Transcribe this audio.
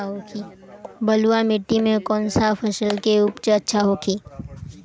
बलुआ मिट्टी में कौन सा फसल के उपज अच्छा होखी?